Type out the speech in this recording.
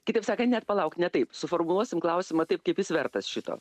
kitaip sakant net palauk ne taip suformuluosim klausimą taip kaip jis vertas šito